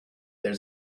there